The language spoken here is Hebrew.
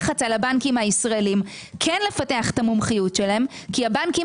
לחץ על הבנקים הישראליים כן לפתח את המומחיות שלהם כי הבנקים